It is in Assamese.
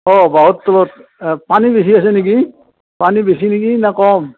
অ পানী বেছি আছে নেকি পানী বেছি নেকি নে কম